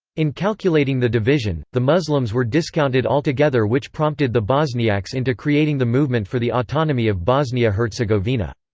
in calculating the division, the muslims were discounted altogether which prompted the bosniaks into creating the movement for the autonomy of bosnia-herzegovina.